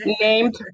named